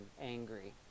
angry